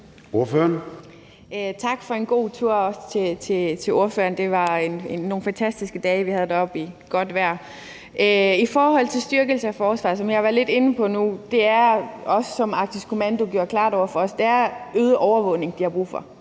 Tak for en god tur også til ordføreren. Det var nogle fantastiske dage med godt vejr, vi havde deroppe. I forhold til styrkelse af forsvaret, som jeg var lidt inde på, er det, som også Arktisk Kommando gjorde klart over for os, øget overvågning, de har brug for.